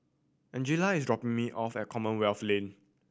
Angella is dropping me off at Commonwealth Lane